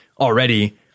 already